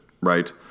right